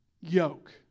yoke